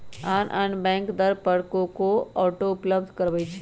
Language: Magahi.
आन आन बैंक दर पर को को ऑटो उपलब्ध करबबै छईं